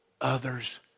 Others